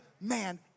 man